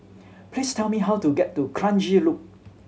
please tell me how to get to Kranji Loop